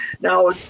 Now